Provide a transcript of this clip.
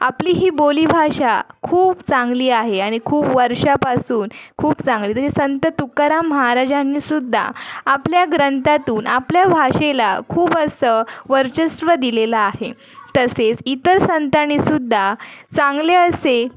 आपली ही बोलीभाषा खूप चांगली आहे आणि खूप वर्षापासून खूप चांगली संत तुकाराम म्हाराजांनी सुद्धा आपल्या ग्रंथातून आपल्या भाषेला खूप असं वर्चस्व दिलेलं आहे तसेच इतर संतांनी सुद्धा चांगले असे